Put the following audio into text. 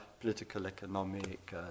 political-economic